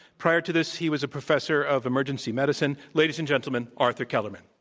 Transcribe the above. prior to this, he was a professor of emergency medicine. ladies and gentlemen, arthur kellermann.